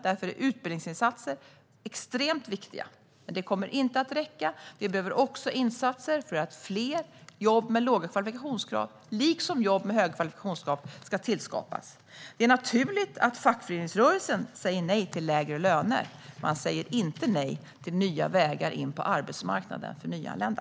Därför är utbildningsinsatser extremt viktiga. Men det kommer inte att räcka, utan vi behöver också insatser för att fler jobb med låga kvalifikationskrav, liksom jobb med hög kvalifikationsgrad, ska tillskapas. Det är naturligt att fackföreningsrörelsen säger nej till lägre löner. Men man säger inte nej till nya vägar in på arbetsmarknaden för nyanlända.